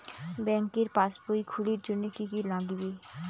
ব্যাঙ্কের পাসবই খুলির জন্যে কি কি নাগিবে?